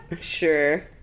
Sure